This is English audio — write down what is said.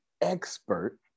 expert